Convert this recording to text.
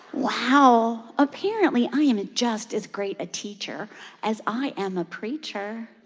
wow, apparently i am ah just as great a teacher as i am a preacher.